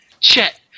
Chet